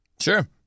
Sure